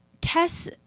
Tess